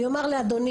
אני אומר לאדוני,